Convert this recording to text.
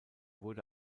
wurde